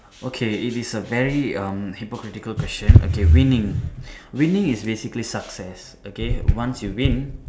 okay it is a very um hypocritical question okay winning winning is basically success okay once you win